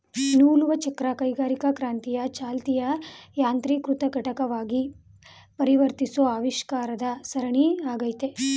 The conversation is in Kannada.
ನೂಲುವಚಕ್ರ ಕೈಗಾರಿಕಾಕ್ರಾಂತಿಯ ಚಾಲಿತ ಯಾಂತ್ರೀಕೃತ ಘಟಕವಾಗಿ ಪರಿವರ್ತಿಸೋ ಆವಿಷ್ಕಾರದ ಸರಣಿ ಆಗೈತೆ